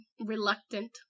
reluctant